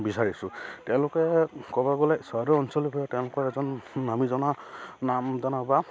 বিচাৰিছোঁ তেওঁলোকে ক'ব গ'লে চৰাইদেউ অঞ্চলত তেওঁলোকৰ এজন আমি জনা নামজনা বা